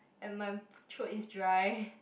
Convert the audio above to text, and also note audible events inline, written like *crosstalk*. and my *noise* throat is dry